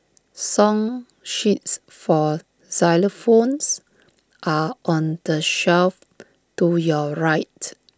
song sheets for xylophones are on the shelf to your right